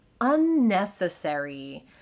unnecessary